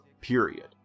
period